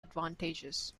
advantages